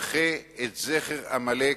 תמחה את זכר עמלק,